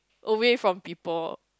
away from people